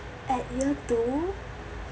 at year two